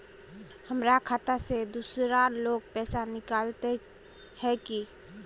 हमर खाता से दूसरा लोग पैसा निकलते है की?